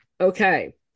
Okay